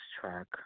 track